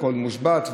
הכול מושבת,